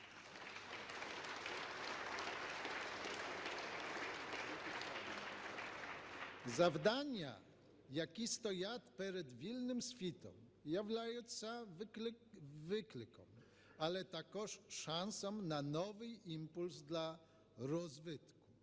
Завдання, які стоять перед вільним світом, являються викликом, але також шансом на новий імпульс для розвитку.